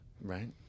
Right